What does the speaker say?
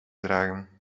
dragen